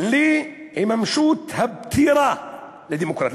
להתממשות הפטירה של הדמוקרטיה,